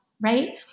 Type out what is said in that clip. right